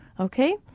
Okay